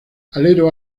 alero